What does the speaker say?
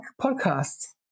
podcast